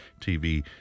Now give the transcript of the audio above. TV